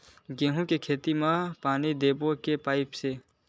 गेहूं के खेती म घोला पानी देबो के पाइप से?